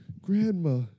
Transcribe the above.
grandma